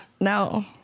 No